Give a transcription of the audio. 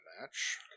match